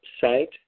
site